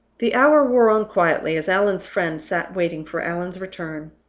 the hour wore on quietly as allan's friend sat waiting for allan's return.